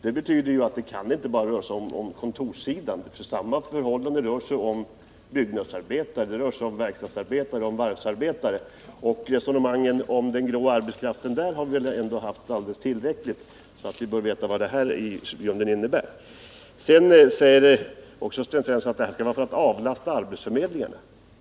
Det betyder att det kan inte bara röra sig om kontorssidan. Samma förhållande gäller i fråga om byggnadsarbetare, verkstadsarbetare, varvsarbetare osv. Resonemanget om den grå arbetskraften där har vi väl fört tillräckligt mycket för att alla skall veta vad det i grunden innebär. Vidare säger Sten Svensson att motionen har tillkommit i syfte att avlasta arbetsförmedlingarna.